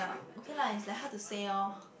ya okay lah is like hard to say loh